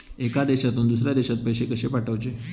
एका देशातून दुसऱ्या देशात पैसे कशे पाठवचे?